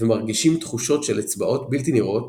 ומרגישים תחושות של אצבעות בלתי נראות